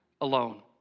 alone